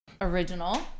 Original